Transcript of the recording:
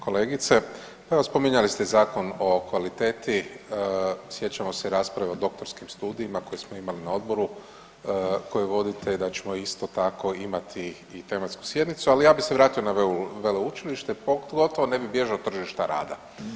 Kolegice, evo spominjali ste Zakon o kvaliteti, sjećamo se rasprave o doktorskim studijima koje smo imali na odboru, koji vodite i da ćemo isto tako imati i tematsku sjednicu, ali ja bih se vratio na veleučilište, pogotovo ne bih bježao od tržišta rada.